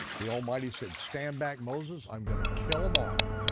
the almighty said stand back, moses, i'm going to kill them all.